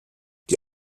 die